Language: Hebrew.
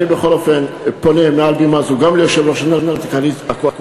אני בכל אופן פונה מעל בימה זו גם ליושב-ראש הנהלת הקואליציה,